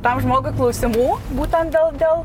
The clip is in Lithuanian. tam žmogui klausimų būtent dėl dėl